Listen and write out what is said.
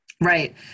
Right